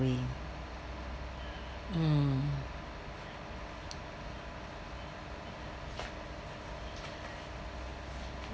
mm